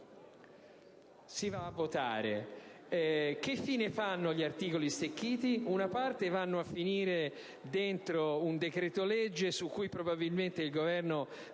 per votare. Che fine fanno gli articoli stralciati? Una parte vanno a finire in un decreto-legge, su cui probabilmente il Governo